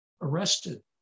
arrested